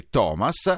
Thomas